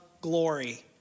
glory